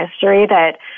history—that